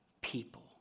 people